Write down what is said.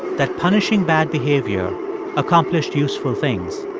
that punishing bad behavior accomplished useful things